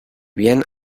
bien